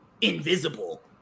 invisible